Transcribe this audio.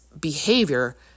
behavior